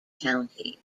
county